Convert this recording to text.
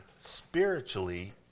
spiritually